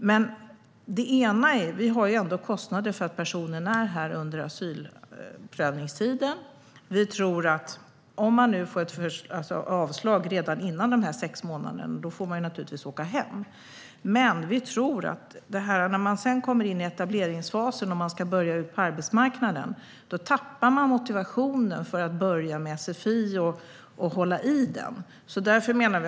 Men vi har ju ändå kostnader för att personen vistas här under asylprövningstiden. Om man får ett avslag innan de sex månaderna får man naturligtvis åka hem. När man sedan kommer in i etableringsfasen och ska komma in på arbetsmarknaden, då tappar man motivationen för att börja med sfi och hålla fast vid den.